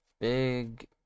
big